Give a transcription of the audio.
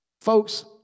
Folks